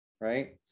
right